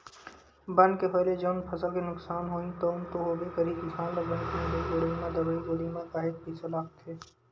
बन के होय ले जउन फसल के नुकसान होही तउन तो होबे करही किसान ल बन के निंदई कोड़ई म दवई गोली म काहेक पइसा लागथे